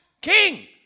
king